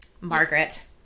Margaret